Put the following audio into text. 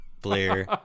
Blair